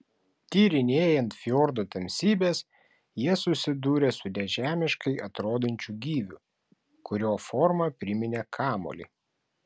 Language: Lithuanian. tyrinėjant fjordo tamsybes jie susidūrė su nežemiškai atrodančiu gyviu kurio forma priminė kamuolį